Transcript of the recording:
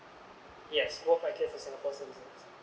yes